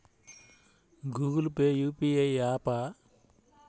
Google Pay UPI య్యాపా?